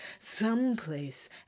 someplace